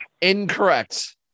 Incorrect